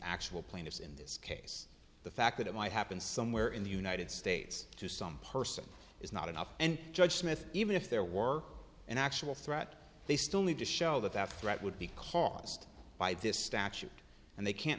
actual plaintiffs in this case the fact that it might happen somewhere in the united states to some person is not enough and judge smith even if there were an actual threat they still need to show that that threat would be caused by distraction and they can't